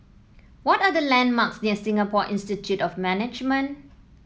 what are the landmarks near Singapore Institute of Management